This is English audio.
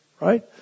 right